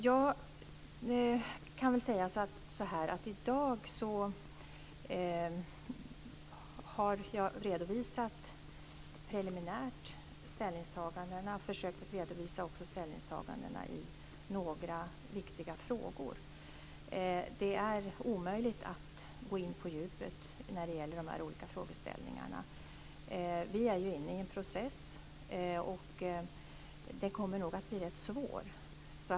Jag har i dag redovisat preliminära ställningstaganden och även försökt redogöra för ståndpunkter i några viktiga frågor. Det är omöjligt att gå in på djupet när det gäller de olika frågeställningarna. Vi är inne i en process som nog kommer att bli rätt svår.